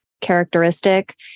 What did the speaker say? characteristic